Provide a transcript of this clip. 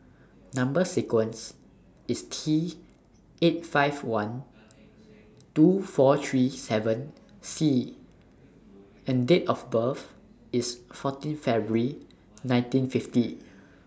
Number sequence IS T eight five one two four three seven C and Date of birth IS fourteen February nineteen fifty